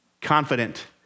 confident